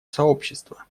сообщества